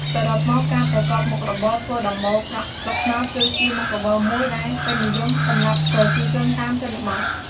សរុបមក ការប្រកបមុខរបរធ្វើដំបូលប្រក់ស្លឹកត្នោត គឺជាមុខរបរមួយដែលពេញនិយមសម្រាប់ប្រជាជនតាមជនបទ។